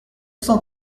cent